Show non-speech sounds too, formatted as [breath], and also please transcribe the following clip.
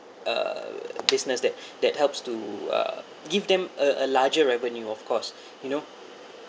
a business that [breath] that helps to uh give them a a larger revenue of course [breath] you know